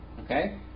Okay